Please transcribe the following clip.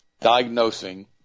diagnosing